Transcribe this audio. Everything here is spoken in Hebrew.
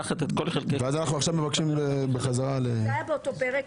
אז אנחנו עכשיו מבקשים בחזרה --- זה היה באותו פרק.